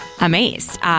amazed